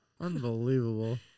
Unbelievable